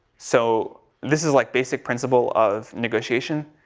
so this is like basic principle of negotiation.